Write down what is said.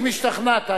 אם השתכנעת.